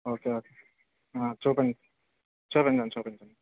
okay okay ఆ చూపిం చూపించండి చూపించండి